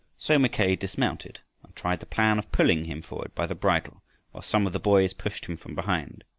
so mackay dismounted and tried the plan of pulling him forward by the bridle while some of the boys pushed him from behind.